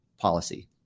policy